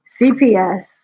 CPS